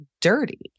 dirty